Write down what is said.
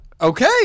Okay